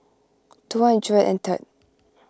two hundred and third